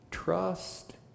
trust